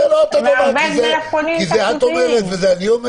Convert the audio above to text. זה לא אותו דבר כי את זה את אומרת ואת זה אני אומר?